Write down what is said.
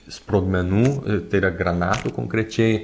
sprogmenų tai yra granatų konkrečiai